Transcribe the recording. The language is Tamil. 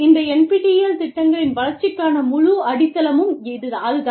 இந்த NPTEL திட்டங்களின் வளர்ச்சிக்கான முழு அடித்தளமும் அதுதான்